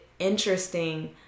interesting